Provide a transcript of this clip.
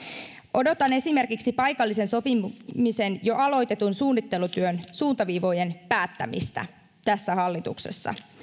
odotan esimerkiksi paikallisen sopimisen jo aloitetun suunnittelutyön suuntaviivojen päättämistä tässä hallituksessa